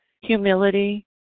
humility